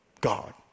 God